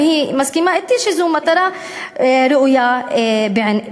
אם היא מסכימה אתי שזו מטרה ראויה בעיניה.